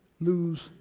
Lose